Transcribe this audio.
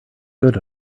good